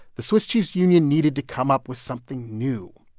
the swiss cheese union needed to come up with something new.